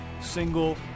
single